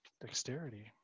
Dexterity